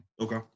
Okay